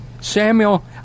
Samuel